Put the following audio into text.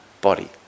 body